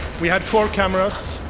we had four cameras,